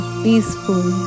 peaceful